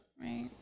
right